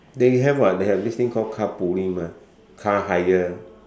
they have what they have this thing call car pooling mah car hire